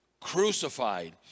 crucified